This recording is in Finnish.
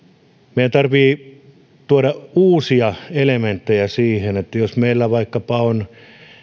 meidän tarvitsee tuoda uusia elementtejä siihen että jos meillä vaikkapa on